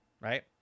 Right